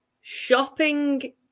shopping